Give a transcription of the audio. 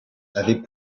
avaient